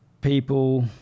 people